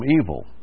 evil